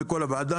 מכל הוועדה,